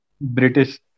British